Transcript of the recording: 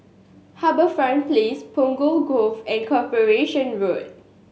HarbourFront Place Punggol Cove and Corporation Road